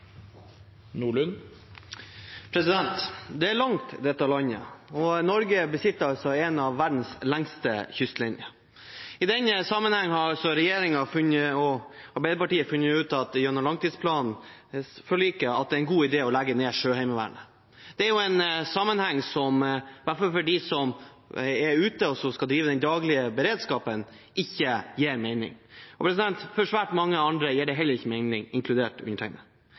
reformens intensjoner.» Det er langt, dette landet, og Norge besitter altså en av verdens lengste kystlinjer. I den sammenheng har regjeringen og Arbeiderpartiet funnet ut gjennom langtidsplanforliket at det er en god idé å legge ned Sjøheimevernet. Det er en sammenheng som i hvert fall for dem som er ute og skal drive den daglige beredskapen, ikke gir mening. For svært mange andre gir det heller ikke mening, inkludert undertegnede.